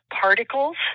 particles